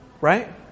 Right